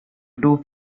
two